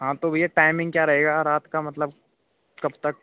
हाँ तो भैया टाइमिंग क्या रहेगा रात का मतलब कब तक